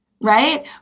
right